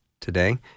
today